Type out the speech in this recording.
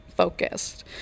focused